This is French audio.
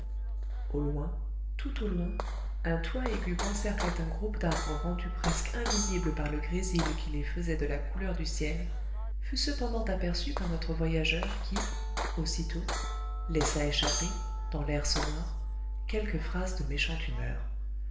au loin tout au loin un toit aigu qu'encerclait un groupe d'arbres rendus presque invisibles par le grésil qui les faisait de la couleur du ciel fut cependant aperçu par notre voyageur qui aussitôt laissa échapper dans l'air sonore quelques phrases de méchante humeur